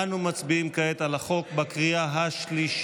אנו מצביעים כעת על החוק בקריאה השלישית.